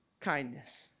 kindness